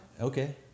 Okay